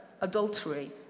adultery